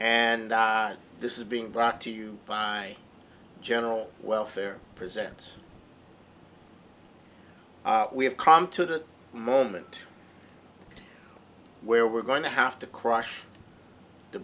and this is being brought to you by general welfare presents we have come to that moment where we're going to have to crush the